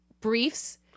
briefs